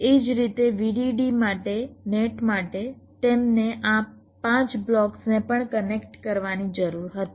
એ જ રીતે VDD માટે નેટ માટે તેમને આ 5 બ્લોક્સને પણ કનેક્ટ કરવાની જરૂર હતી